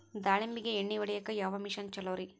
ದಾಳಿಂಬಿಗೆ ಎಣ್ಣಿ ಹೊಡಿಯಾಕ ಯಾವ ಮಿಷನ್ ಛಲೋರಿ?